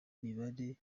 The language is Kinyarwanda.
mibare